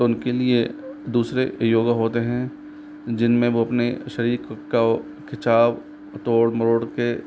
तो उनके लिए दूसरे योगा होते हैं जिनमें वह अपने शरीर का खिचाव तोड़ मरोड़ कर